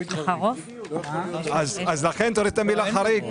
אז לכן תוריד את המילה חריג.